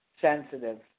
sensitive